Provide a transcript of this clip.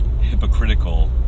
hypocritical